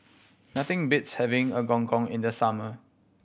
nothing beats having a Gong Gong in the summer